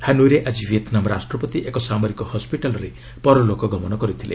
ହାନୋଇରେ ଆଜି ଭିଏତ୍ନାମ୍ ରାଷ୍ଟ୍ରପତି ଏକ ସାମରିକ ହସ୍କିଟାଲ୍ରେ ପରଲୋକ ଗମନ କରିଥିଲେ